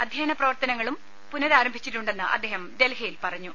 അധ്യയന പ്രവർത്തനങ്ങളും പുനരാരംഭി ച്ചിട്ടുണ്ടെന്ന് അദ്ദേഹം ഡൽഹിയിൽ പറഞ്ഞു